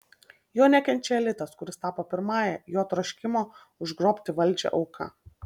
jo nekenčia elitas kuris tapo pirmąja jo troškimo užgrobti valdžią auka